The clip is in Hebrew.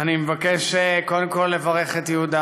אני מבקש, קודם כול, לברך את יהודה,